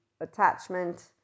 attachment